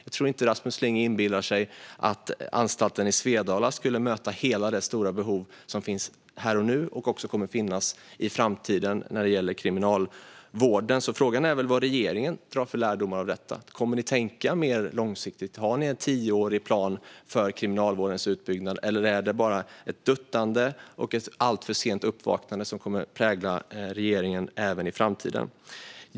Jag tror inte att Rasmus Ling inbillar sig att anstalten i Svedala skulle möta hela det stora behov som finns här och nu och som också kommer att finnas i framtiden när det gäller kriminalvård. Frågan är därför vilka lärdomar regeringen drar av detta. Kommer ni att tänka mer långsiktigt? Har ni en tioårsplan för kriminalvårdens utbyggnad eller är det bara ett duttande och ett alltför sent uppvaknande som kommer att prägla regeringen även i framtiden?